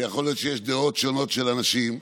ויכול להיות שיש דעות שונות של אנשים.